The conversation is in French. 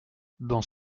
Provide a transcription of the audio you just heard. dans